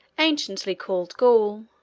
anciently called gaul,